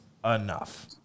Enough